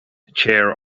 chair